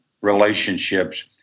relationships